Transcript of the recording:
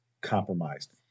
compromised